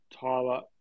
Tyler